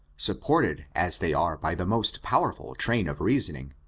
supported as they are by the most powerful train of reasoning,